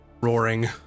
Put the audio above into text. roaring